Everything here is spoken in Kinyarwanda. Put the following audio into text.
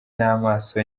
n’amaso